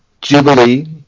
Jubilee